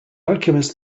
alchemist